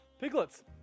piglets